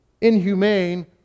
inhumane